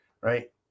right